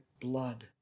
blood